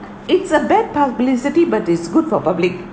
it's a bad publicity but it's good for public